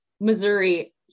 Missouri